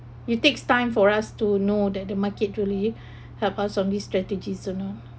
it takes time for us to know that the market really help us on these strategies you know